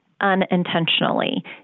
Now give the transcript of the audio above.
unintentionally